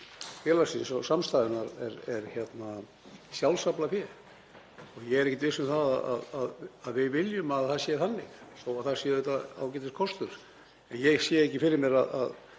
félagsins og samstæðunnar er sjálfsaflafé. Ég er ekkert viss um að við viljum að það sé þannig, þótt það sé ágætiskostur. Ég sé ekki fyrir mér að